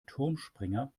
turmspringer